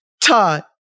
Todd